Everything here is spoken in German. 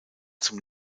zum